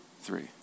three